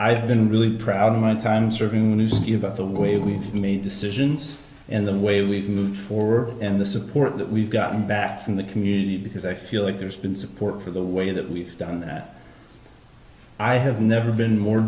i've been really proud of my time in serving you about the way we've made decisions and the way we've moved forward and the support that we've gotten back from the community because i feel like there's been support for the way that we've done that i have never been more